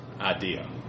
idea